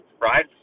right